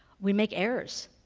we make errors.